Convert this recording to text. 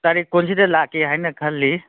ꯇꯥꯔꯤꯛ ꯀꯨꯟꯁꯤꯗ ꯂꯥꯛꯀꯦ ꯍꯥꯏꯅ ꯈꯜꯂꯤ